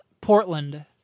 Portland